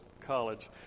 college